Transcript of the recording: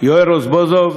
יואל רזבוזוב,